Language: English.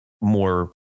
more